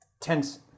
tense